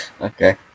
Okay